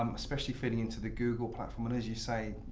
um especially fitting into the google platform. and as you say,